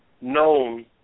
known